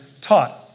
taught